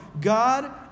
God